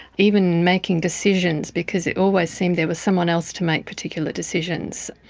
even making decisions, because it always seemed there was someone else to make particular decisions.